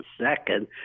second